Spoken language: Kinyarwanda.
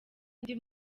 ndi